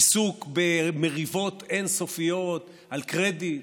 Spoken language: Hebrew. עיסוק במריבות אין-סופיות על קרדיט,